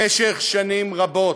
במשך שנים רבות.